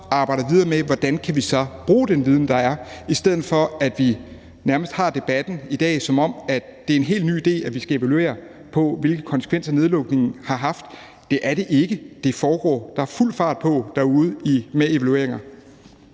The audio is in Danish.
arbejder videre med, hvordan vi kan bruge den viden, der er, i stedet for at vi tager debatten i dag, hvor det nærmest er, som om det er en helt ny idé, at vi skal evaluere, hvilke konsekvenser nedlukningen har haft. Det er det ikke, der er fuld fart på derude med evalueringer.